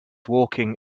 walking